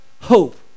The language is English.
Hope